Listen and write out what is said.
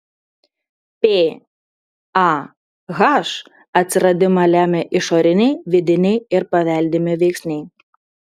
pah atsiradimą lemia išoriniai vidiniai ir paveldimi veiksniai